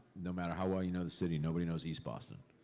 no matter how well you know the city, nobody knows east boston.